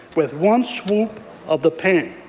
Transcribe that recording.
with one swoop of the pen.